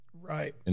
right